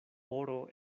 oro